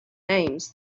names